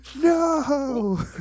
No